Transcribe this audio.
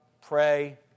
pray